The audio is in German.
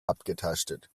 abgetastet